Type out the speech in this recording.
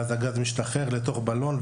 ואז הגז משתחרר לתוך בלון,